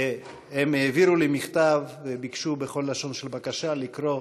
הם העבירו לי מכתב וביקשו בכל לשון של בקשה לקרוא